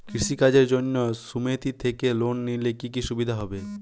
কৃষি কাজের জন্য সুমেতি থেকে লোন নিলে কি কি সুবিধা হবে?